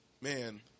Man